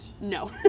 no